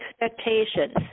expectations